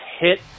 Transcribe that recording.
hit